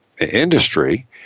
industry